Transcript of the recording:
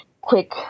quick